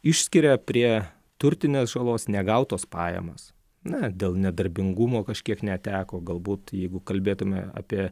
išskiria prie turtinės žalos negautos pajamos na dėl nedarbingumo kažkiek neteko galbūt jeigu kalbėtume apie